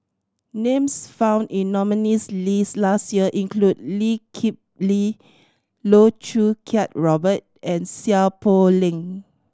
names found in nominees' list last year include Lee Kip Lee Loh Choo Kiat Robert and Seow Poh Leng